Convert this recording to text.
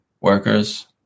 workers